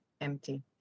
empty